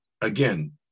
again